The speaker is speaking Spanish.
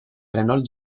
renault